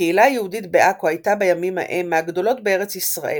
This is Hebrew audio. הקהילה היהודית בעכו הייתה בימים ההם מהגדולות בארץ ישראל,